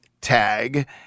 tag